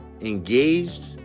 engaged